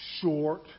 Short